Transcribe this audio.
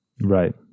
right